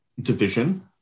division